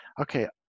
okay